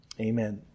Amen